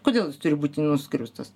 kodėl jis turi būti nuskriaustas